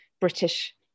British